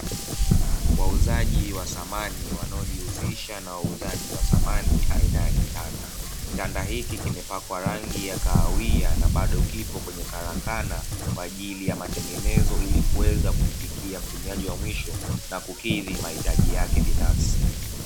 Wauzaji wa samani wanaojihusisha na uuzaji wa samani aina ya kotanda. Kitanda hiki kimepakwa rangi ya kahawia na bado kipo kwenye karakana kwa ajili ya matengenezo ili kuweza kumfikia mtumiaji wa mwisho na kukidhi mahitaji yake binafsi.